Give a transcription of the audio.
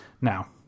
Now